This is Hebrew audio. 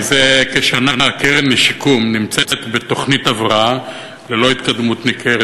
מזה כשנה הקרן לשיקום נמצאת בתוכנית הבראה ללא התקדמות ניכרת,